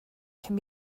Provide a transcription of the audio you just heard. can